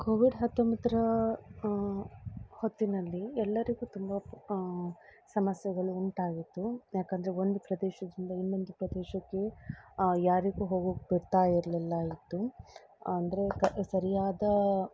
Covid ಹತ್ತೊಂಬತ್ತರ ಹೊತ್ತಿನಲ್ಲಿ ಎಲ್ಲರಿಗೂ ತುಂಬ ಸಮಸ್ಯೆಗಳು ಉಂಟಾಗಿತ್ತು ಯಾಕಂದರೆ ಒಂದು ಪ್ರದೇಶದಿಂದ ಇನ್ನೊಂದು ಪ್ರದೇಶಕ್ಕೆ ಯಾರಿಗೂ ಹೋಗಕ್ಕೆ ಬಿಡ್ತಾ ಇರಲಿಲ್ಲ ಇತ್ತು ಅಂದರೆ ಸರಿಯಾದ